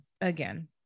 again